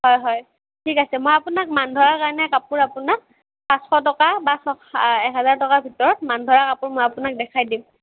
হয় হয় ঠিক আছে মই আপোনাক মান ধৰাৰ কাৰণে কাপোৰ আপোনাক পাঁচশ টকা বা চ এ এহেজাৰ টকাৰ ভিতৰত মান ধৰা কাপোৰ মই আপোনাক দেখাই দিম